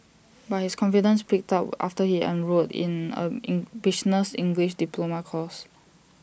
but his confidence picked up after he enrolled in A in business English diploma course